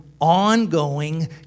ongoing